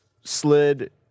slid